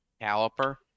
caliper